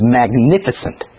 magnificent